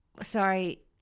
sorry